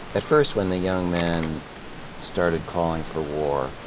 at first, when the young men started calling for war,